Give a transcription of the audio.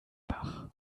bach